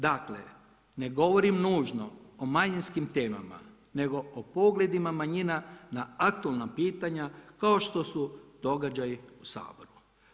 Dakle, ne govorim nužno o manjinskim temama nego o pogledima manjina na aktualna pitanja kao što su događaji u Saboru.